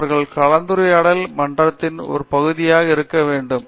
அவர்கள் கலந்துரையாடல் மன்றத்தின் ஒரு பகுதியாக இருக்க வேண்டும்